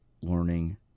learning